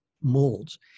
molds